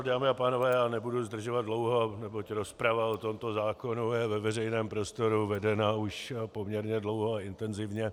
Dámy a pánové, já nebudu zdržovat dlouho, neboť rozprava o tomto zákonu je ve veřejném prostoru vedena už poměrně dlouho a intenzivně.